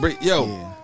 Yo